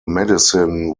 medicine